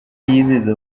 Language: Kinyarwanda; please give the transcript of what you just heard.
yizeza